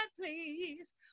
please